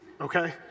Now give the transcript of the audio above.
Okay